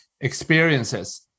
experiences